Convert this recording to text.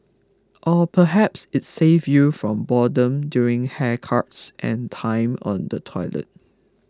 or perhaps it saved you from boredom during haircuts and time on the toilet